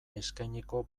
eskainiko